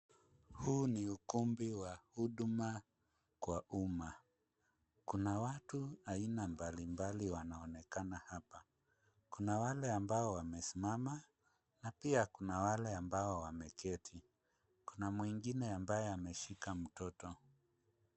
Huu ni ukumbi wa huduma kwa umma. Kuna watu aina mbalimbali wanaonekana hapa. Kuna wale ambao wamesimama na pia kuna wale ambao wameketi. Kuna mwingine ambaye ameshika mtoto.